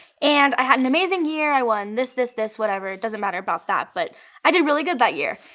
and i had an amazing year. i won this, this, this, whatever. it doesn't matter about that but i did really good that year.